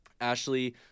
Ashley